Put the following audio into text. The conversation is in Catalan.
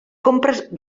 compres